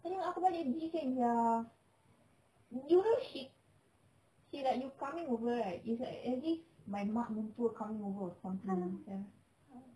tadi mak aku balik bising sia you know she like you coming over right it's like as if my mak mertua coming over or something sia